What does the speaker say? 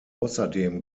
außerdem